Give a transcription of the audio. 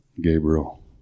Gabriel